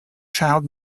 child